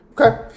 Okay